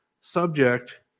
subject